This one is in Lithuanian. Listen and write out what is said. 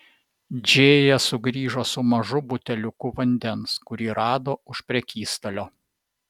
džėja sugrįžo su mažu buteliuku vandens kurį rado už prekystalio